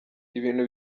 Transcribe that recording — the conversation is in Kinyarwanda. ibintu